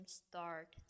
start